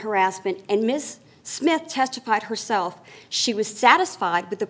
harassment and miss smith testified herself she was satisfied with the